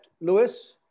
Lewis